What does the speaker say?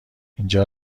اینجا